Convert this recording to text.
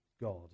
God